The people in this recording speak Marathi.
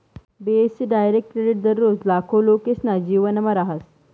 बी.ए.सी डायरेक्ट क्रेडिट दररोज लाखो लोकेसना जीवनमा रहास